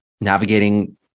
navigating